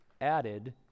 added